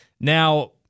Now